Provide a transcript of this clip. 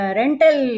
rental